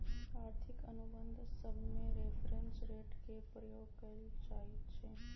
आर्थिक अनुबंध सभमें रेफरेंस रेट के प्रयोग कएल जाइ छइ